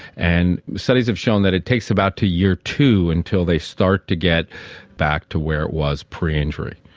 and studies have shown that it takes about to year two until they start to get back to where it was pre injury.